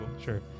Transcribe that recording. sure